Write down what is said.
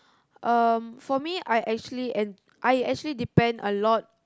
um for me I actually and I actually depend a lot